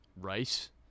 Rice